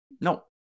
no